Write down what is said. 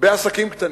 בעסקים קטנים.